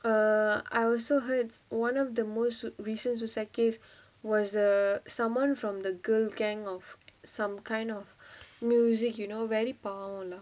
err I also heards one of the most recent suicide case was err someone from a girl gang of some kind of music you know very பாவோ:paavo lah